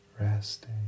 resting